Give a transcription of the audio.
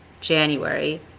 January